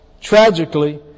Tragically